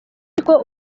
ariko